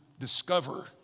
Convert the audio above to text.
Discover